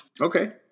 Okay